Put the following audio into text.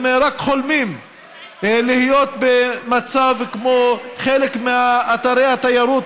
הם רק חולמים להיות כמו חלק מאתרי התיירות